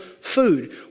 food